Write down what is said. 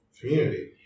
community